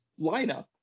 lineup